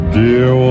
dear